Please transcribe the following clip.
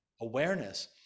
awareness